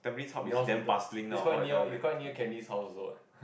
that was retard quite near is quite near Candy's house also what